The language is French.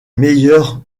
meilleurs